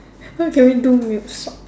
what can we do mid swap